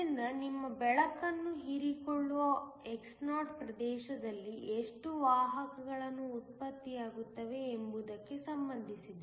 ಆದ್ದರಿಂದ ನಿಮ್ಮ ಬೆಳಕನ್ನು ಹೀರಿಕೊಳ್ಳುವ xo ಪ್ರದೇಶದಲ್ಲಿ ಎಷ್ಟು ವಾಹಕಗಳು ಉತ್ಪತ್ತಿಯಾಗುತ್ತವೆ ಎಂಬುದಕ್ಕೆ ಸಂಬಂಧಿಸಿದೆ